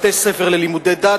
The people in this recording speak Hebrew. בתי-ספר ללימודי דת,